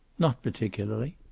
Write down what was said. not particularly.